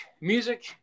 Music